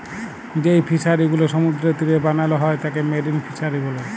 যেই ফিশারি গুলো সমুদ্রের তীরে বানাল হ্যয় তাকে মেরিন ফিসারী ব্যলে